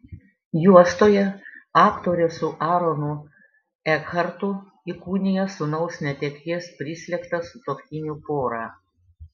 juostoje aktorė su aronu ekhartu įkūnija sūnaus netekties prislėgtą sutuoktinių porą